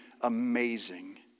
amazing